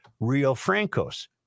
Riofrancos